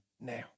now